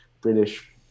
british